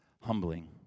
humbling